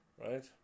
Right